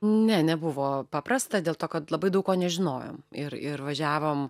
ne nebuvo paprasta dėl to kad labai daug ko nežinojom ir ir važiavom